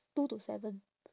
two to seven